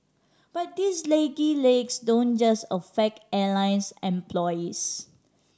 but these lengthy legs don't just affect airlines employees